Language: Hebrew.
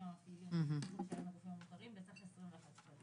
המפעילים יצטרכו לשלם לגופים המוכרים בסך 21 שקלים.